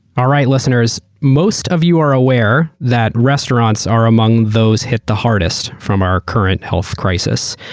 all right, listeners, most of you are aware that restaurants are among those hit the hardest from our current health crisis.